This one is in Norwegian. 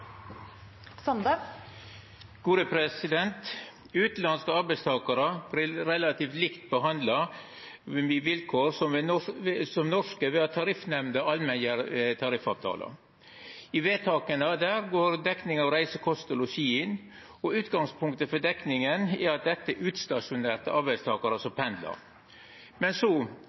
Utanlandske arbeidstakarar vert relativt likt behandla, med vilkår som for norske, ved at Tariffnemnda allmenngjer tariffavtalar. I vedtaka der går dekning av reise, kost og losji inn, og utgangspunktet for dekninga er at dette er utstasjonerte arbeidstakarar som pendlar. Men